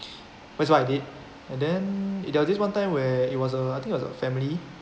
that was what I did and then there was this one time where it was a I think was a family